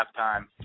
halftime